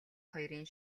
хоёрын